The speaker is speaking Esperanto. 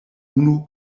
unu